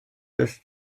des